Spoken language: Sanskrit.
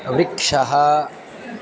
वृक्षः